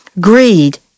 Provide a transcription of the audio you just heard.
Greed